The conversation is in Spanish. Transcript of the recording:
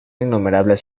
innumerables